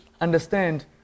understand